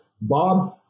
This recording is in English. Bob